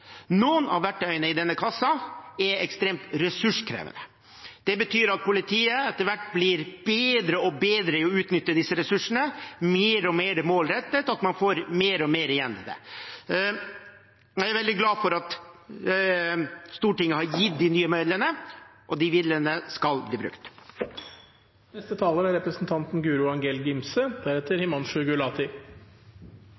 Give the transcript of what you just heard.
Noen av verktøyene i denne kassa er ekstremt ressurskrevende. Det betyr at politiet etter hvert blir bedre og bedre i å utnytte disse ressursene, mer og mer målrettet, og at man får mer og mer igjen for det. Jeg er veldig glad for at Stortinget har gitt de nye midlene, og de midlene skal bli